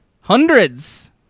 hundreds